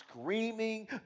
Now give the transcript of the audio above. screaming